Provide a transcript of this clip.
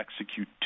execute